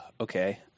okay